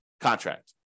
contract